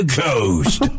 coast